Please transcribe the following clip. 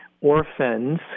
orphans